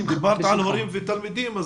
דיברת על הורים ותלמידים,